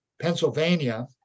Pennsylvania